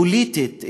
פוליטית,